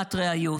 והעלמת ראיות".